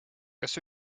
kas